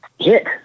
hit